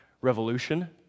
revolution